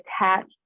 attached